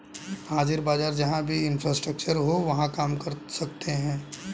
हाजिर बाजार जहां भी इंफ्रास्ट्रक्चर हो वहां काम कर सकते हैं